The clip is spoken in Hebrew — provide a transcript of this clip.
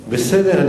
בסדר.